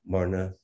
Marna